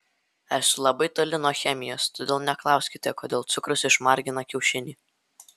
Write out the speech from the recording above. esu labai toli nuo chemijos todėl neklauskite kodėl cukrus išmargina kiaušinį